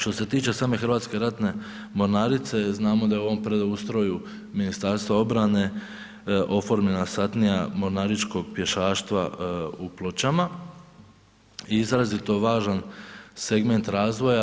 Što se tiče same Hrvatske ratne mornarice, znamo da je u ovom preustroju Ministarstva obrane oformljena Satnija mornaričkog pješaštva u Pločama, izrazito važan segment razvoja.